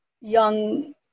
young